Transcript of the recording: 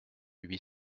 huit